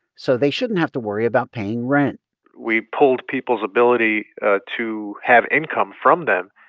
so they shouldn't have to worry about paying rent we pulled people's ability to have income from them,